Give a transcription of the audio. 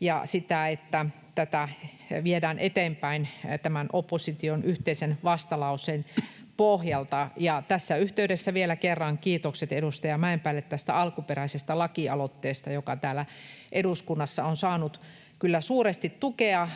ja sitä, että tätä viedään eteenpäin opposition yhteisen vastalauseen pohjalta. Tässä yhteydessä vielä kerran kiitokset edustaja Mäenpäälle tästä alkuperäisestä laki-aloitteesta, joka täällä eduskunnassa on saanut kyllä suuresti tukea.